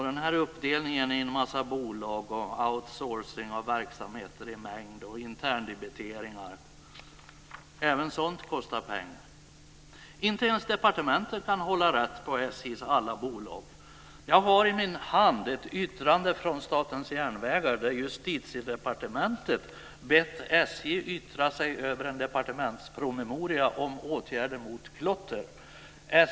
Den här uppdelningen i en massa bolag och outsourcing av verksamheter i mängd och interndebiteringar kostar pengar. Inte ens departementet kan hålla rätt på SJ:s alla bolag. Jag har i min hand ett yttrande från Statens järnvägar där Justitiedepartementet bett SJ yttra sig över en departementspromemoria om åtgärder mot klotter.